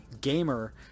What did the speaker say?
gamer